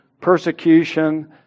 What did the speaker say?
persecution